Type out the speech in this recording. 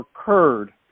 occurred